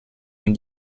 man